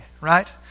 right